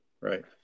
Right